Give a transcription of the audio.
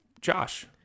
Josh